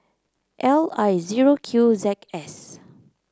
L I zero Q Z S